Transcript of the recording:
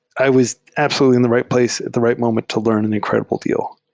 i was absolutely in the right place at the right moment to learn an incredible deal,